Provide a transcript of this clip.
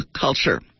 culture